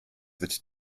wird